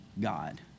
God